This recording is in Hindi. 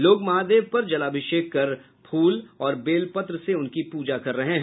लोग महादेव पर जलाभिषेक कर फूल और बेलपत्र से उनकी पूजा कर रहे हैं